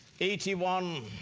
81